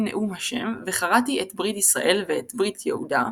נאם-ה' וכרתי את-בית ישראל ואת-בית יהודה,